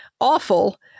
awful